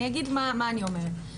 אני אגיד מה אני אומרת.